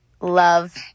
love